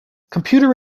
computer